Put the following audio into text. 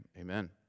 amen